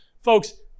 Folks